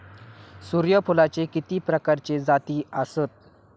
सूर्यफूलाचे किती प्रकारचे जाती आसत?